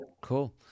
Cool